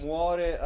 Muore